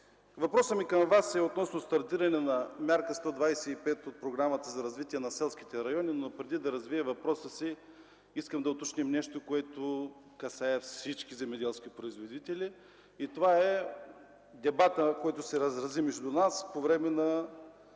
въпросът ми към Вас е относно стартиране на Мярка 125 от Програмата за развитие на селските райони, но преди да развия въпроса си, искам да уточним нещо, което касае всички земеделски производители, и това е дебатът, който се разрази между нас по време на